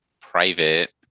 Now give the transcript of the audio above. private